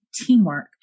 teamwork